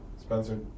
Spencer